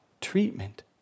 treatment